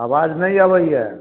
आवाज नहि अबैया